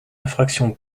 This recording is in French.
infraction